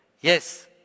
yes